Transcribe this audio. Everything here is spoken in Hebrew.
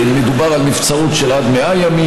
ומדובר על נבצרות של עד 100 ימים,